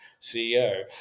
CEO